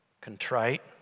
contrite